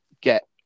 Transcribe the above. get